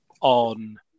on